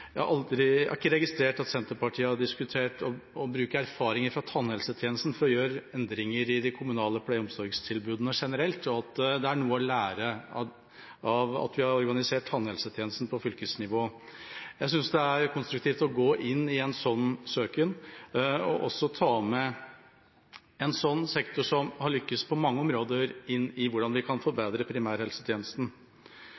Jeg har ikke registrert at Senterpartiet har diskutert å bruke erfaringer fra tannhelsetjenesten for å gjøre endringer i de kommunale pleie- og omsorgstilbudene generelt og at det er noe å lære av at vi har organisert tannhelsetjenesten på fylkesnivå. Jeg syns det er konstruktivt å gå inn i en sånn søken og også ta med en sånn sektor som har lyktes på mange områder, inn i hvordan vi kan forbedre primærhelsetjenesten.